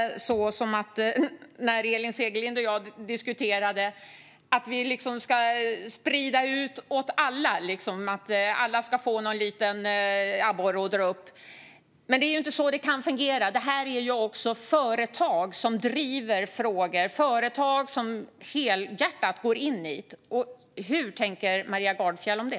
Men när jag och Elin Segerlind diskuterade lät det lite som att vi ska sprida ut detta åt alla - alla ska få dra upp någon liten abborre - men det är inte så det fungerar, för det här handlar också om företag som driver frågor och som helhjärtat går in i detta. Hur tänker Maria Gardfjell om det?